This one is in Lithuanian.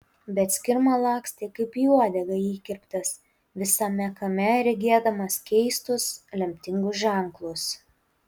bet skirma lakstė kaip į uodegą įkirptas visame kame regėdamas keistus lemtingus ženklus